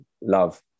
love